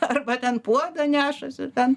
arba ten puodą nešasi ten